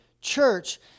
church